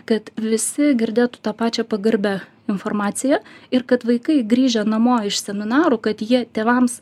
kad visi girdėtų tą pačią pagarbią informaciją ir kad vaikai grįžę namo iš seminarų kad jie tėvams